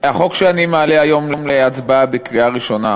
החוק שאני מעלה היום להצבעה בקריאה ראשונה,